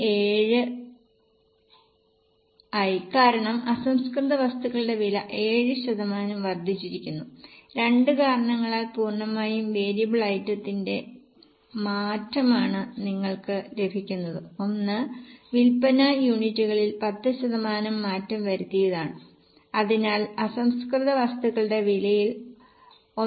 07 കാരണം അസംസ്കൃത വസ്തുക്കളുടെ വില 7 ശതമാനo വർധിച്ചിരിക്കുന്നു രണ്ട് കാരണങ്ങളാൽ പൂർണ്ണമായും വേരിയബിൾ ഐറ്റത്തിന്റെ മാറ്റമാണ് നിങ്ങൾക്ക് ലഭിക്കുന്നത് ഒന്ന് വിൽപന യൂണിറ്റുകളിൽ 10 ശതമാനം മാറ്റം വരുത്തിയതാണ് അതിനാൽ അസംസ്കൃത വസ്തുക്കളുടെ വിലയിൽ 1